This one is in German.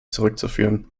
zurückzuführen